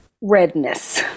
redness